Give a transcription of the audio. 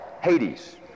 hades